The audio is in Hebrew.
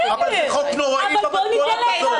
חוק נוראי --- בואו ניתן להם לענות.